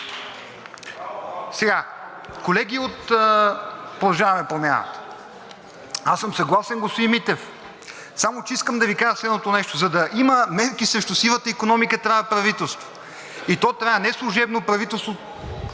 Колеги от „Продължаваме Промяната“, съгласен съм господин Митев, само че искам да Ви кажа следното нещо: за да има мерки срещу сивата икономика, трябва правителство – и то трябва не служебно правителство,